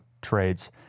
trades